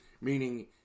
meaning